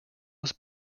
was